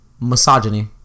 misogyny